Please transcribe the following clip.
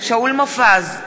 שאול מופז,